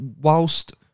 whilst